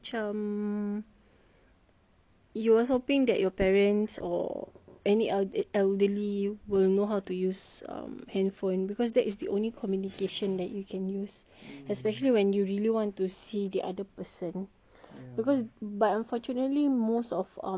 you was hoping that your parents or any elderly will know how to use um handphone because that is the only communication that you can use especially when you really want to see the other person because but unfortunately most of um our parents doesn't know how to use it lah